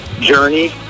journey